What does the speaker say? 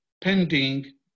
pending